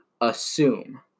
assume